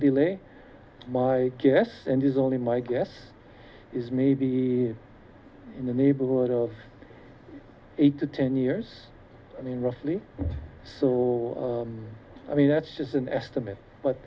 delay my guess and is only my guess is maybe in the neighborhood of eight to ten years i mean roughly so i mean that's just an estimate but